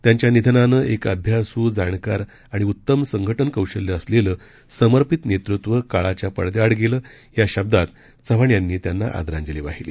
त्यांच्या निधनानं एक अभ्यासू जाणकार आणि उत्तम संघटन कौशल्य असलेलं समर्पित नेतृत्व काळाच्या पडद्याआड गेलं या शब्दांत चव्हाण यांनी त्यांना आदरांजली वाहिली